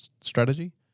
strategy